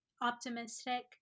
optimistic